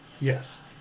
Yes